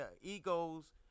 egos